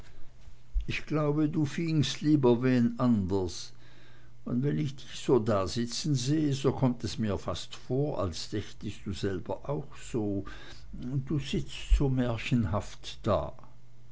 ich glaube du fingst lieber wen anders und wenn ich dich so dasitzen sehe so kommt es mir fast vor als dächtest du selber auch so was du sitzt so märchenhaft da